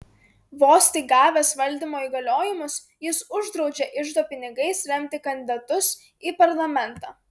vos tik gavęs valdymo įgaliojimus jis uždraudžia iždo pinigais remti kandidatus į parlamentą